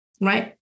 right